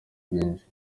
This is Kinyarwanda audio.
byinshi